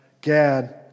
Gad